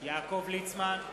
יעקב ליצמן,